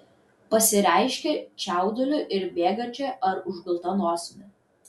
pasireiškia čiauduliu ir bėgančia ar užgulta nosimi